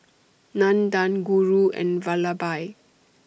Nandan Guru and Vallabhbhai